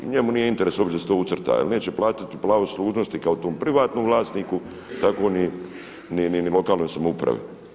Njemu nije u interesu uopće da se to ucrta jer neće platiti pravo služnosti kao tom privatnom vlasniku tako ni lokalnoj samoupravi.